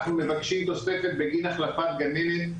אנחנו מבקשים תוספת בגין החלפת גננת.